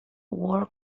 war